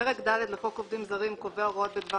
פרק ד' לחוק עובדים זרים קובע הוראות בדבר